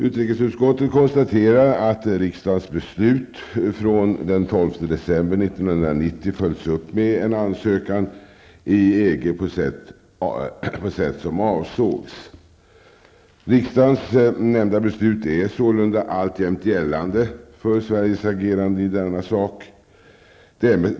Utrikesutskottet konstaterar att riksdagens beslut från den 12 december 1990 följts upp med en ansökan om medlemskap i EG på sätt som avsågs. Riksdagens nämnda beslut är sålunda alltjämt gällande för Sveriges agerande i denna sak.